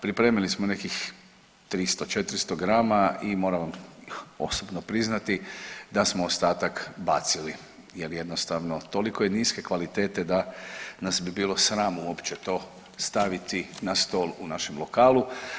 Pripremili smo nekih 300, 400 grama i moram vam osobno priznati da smo ostatak bacili jer jednostavno toliko je niske kvalitete da nas bi bilo sram uopće to staviti na stol u našem lokalu.